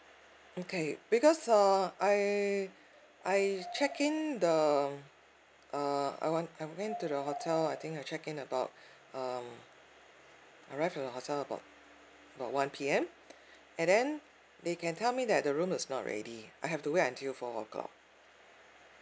okay because uh I I check in the uh uh I want I'm going to the hotel I think I check in about um arrived at the hotel about about one P_M and then they can tell me that the room was not ready I have to wait until four o'clock